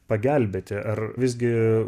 pagelbėti ar visgi